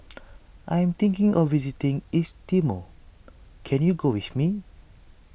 I am thinking of visiting East Timor can you go with me